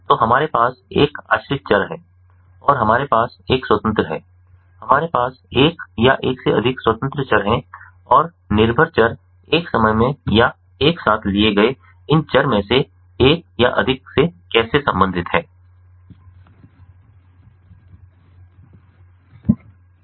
तो हमारे पास एक आश्रित चर है और हमारे पास एक स्वतंत्र है हमारे पास एक या एक से अधिक स्वतंत्र चर हैं और निर्भर चर एक समय में या एक साथ लिए गए इन चर में से एक या अधिक से कैसे संबंधित हैं